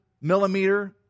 millimeter